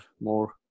more